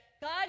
God